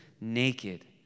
naked